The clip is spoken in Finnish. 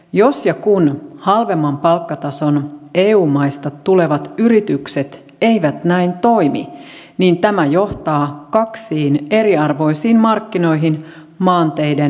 jos ja kun halvemman palkkatason eu maista tulevat yritykset eivät näin toimi niin tämä johtaa kaksiin eriarvoisiin markkinoihin maanteiden tavaraliikenteessä